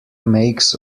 makes